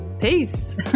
peace